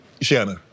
Shanna